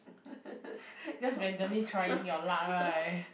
just randomly trying your luck right